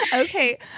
Okay